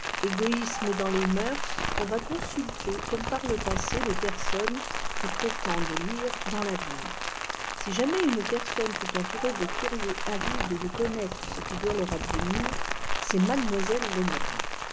égoïsme dans les mœurs on va consulter comme par le passé les personnes qui prétendent lire dans l'avenir si jamais une personne fut entourée de curieux avides de connaître ce qui doit leur advenir c'est mademoiselle